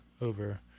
over